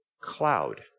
cloud